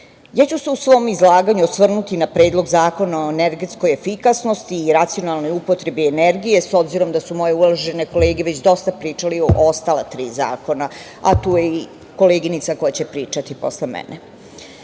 ja ću se osvrnuti na Predlog zakona o energetskoj efikasnosti i racionalnoj upotrebi energije, s obzirom da su moje uvažene kolege već dosta pričali o ostala tri zakona, a tu je i koleginica koja će pričati posle mene. Biti